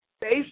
Based